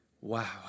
Wow